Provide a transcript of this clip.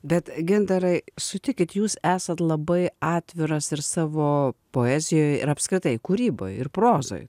bet gintarai sutikit jūs esat labai atviras ir savo poezijoj ir apskritai kūryboj ir prozoj